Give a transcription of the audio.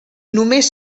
només